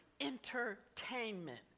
entertainment